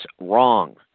wrong